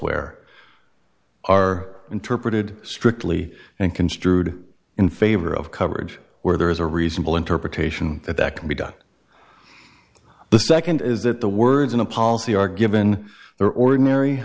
elsewhere are interpreted strictly and construed in favor of coverage where there is a reasonable interpretation that can be done the second is that the words in a policy are given their ordinary